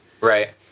Right